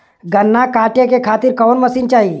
गन्ना कांटेके खातीर कवन मशीन चाही?